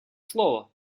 слово